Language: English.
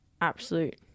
absolute